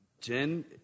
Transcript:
Jen